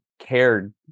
cared